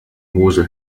mosel